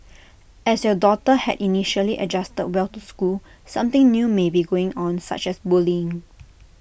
as your daughter had initially adjusted well to school something new may be going on such as bullying